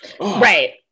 right